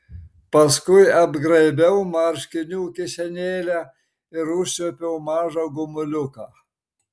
paskui apgraibiau marškinių kišenėlę ir užčiuopiau mažą gumuliuką